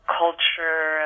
culture